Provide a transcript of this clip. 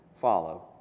follow